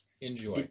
Enjoy